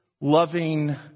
loving